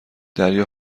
دریا